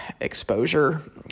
exposure